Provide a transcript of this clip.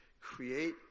create